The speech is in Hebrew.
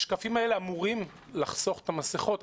השקפים האלה עליהם אני מדבר אמורים לחסוך את המסכות.